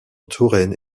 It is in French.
touraine